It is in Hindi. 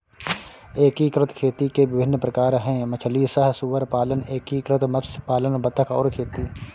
एकीकृत खेती के विभिन्न प्रकार हैं मछली सह सुअर पालन, एकीकृत मत्स्य पालन बतख और खेती